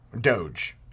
Doge